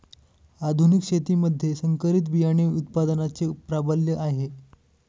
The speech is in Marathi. आधुनिक शेतीमध्ये संकरित बियाणे उत्पादनाचे प्राबल्य आहे